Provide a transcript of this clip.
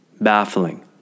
Baffling